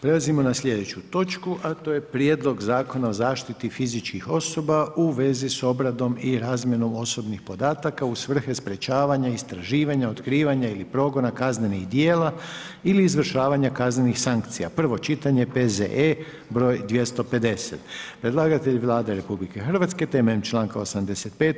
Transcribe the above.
Prelazimo na sljedeću točku a to je: - Prijedlog zakona o zaštiti fizičkih osoba u vezi s obradom i razmjenom osobnih podataka u svrhe sprječavanja, istraživanja, otkrivanja ili progona kaznenih djela ili izvršavanja kaznenih sankcija, prvo čitanje, P.Z.E. br. 350; Predlagatelj je Vlada RH, temeljem članka 85.